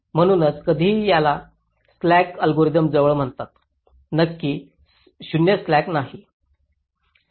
म्हणूनच कधीकधी त्याला 0 स्लॅक अल्गोरिदम जवळ म्हणतात नक्की 0 स्लॅक नाही